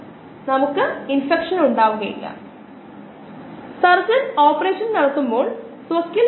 അതിനാൽ നമുക്ക് ഒരു പ്രവർത്തനക്ഷമമായ അവയവം ഉള്ളതിനാൽ അത് ട്രാൻസ്പ്ലാന്റ് ചെയാം ഒരുപക്ഷേ മോശമായിപ്പോയ ഒരു അവയവത്തിന്റെ സ്ഥാനത്ത്